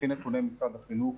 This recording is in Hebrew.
לפי נתוני משרד החינוך,